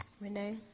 Renee